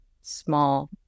small